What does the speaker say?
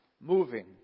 moving